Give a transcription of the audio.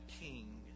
King